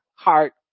heart